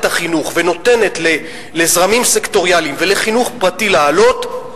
החינוך ונותנת לזרמים סקטוריאליים ולחינוך פרטי לעלות,